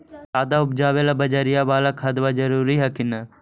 ज्यादा उपजाबे ला बजरिया बाला खदबा जरूरी हखिन न?